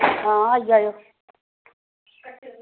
आं आई जायो